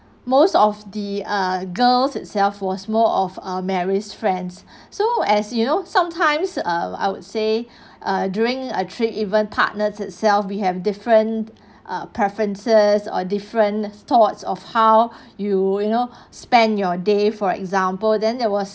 most of the uh girls itself was more of uh marries friends so as you know sometimes err I would say uh during a trip even partner itself we have different uh preferences or different thoughts of how you you know spend your day for example then there was